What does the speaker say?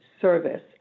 service